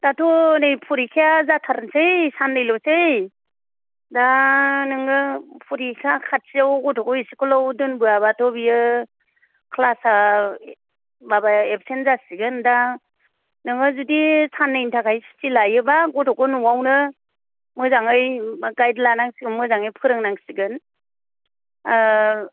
दाथ' नै फरिखाया जाथारनोसै साननै ल'सै दा नोङो फरिखा खाथियाव गथ'खौ इस्कुलाव दोनबोयाबाथ' बियो क्लासा माबा एबसेन जासिगोन दा नोङो जुदि साननैनि थाखाय सुथि लायोबा गथ'खौ न'आवनो मोजाङै गाइद लानांसिगोन मोजाङै फोरों नांसिगोन